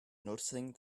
noticing